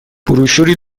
بروشوری